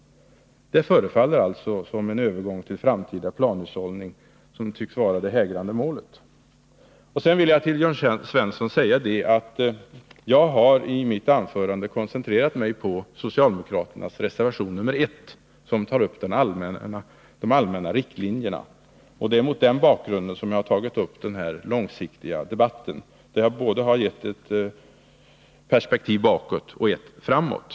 Det förefaller alltså som om en övergång till planhushållning skulle vara det hägrande framtidsmålet. Till Jörn Svensson vill jag säga att jag i mitt anförande koncentrerade mig på socialdemokraternas reservation nr 1, som tar upp de allmänna riktlinjerna. Det är mot den bakgrunden jag har fört ett långsiktigt resonemang där jag både har givit ett perspektiv bakåt och ett framåt.